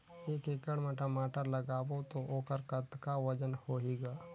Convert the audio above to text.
एक एकड़ म टमाटर लगाबो तो ओकर कतका वजन होही ग?